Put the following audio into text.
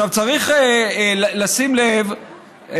צריך לשים לב,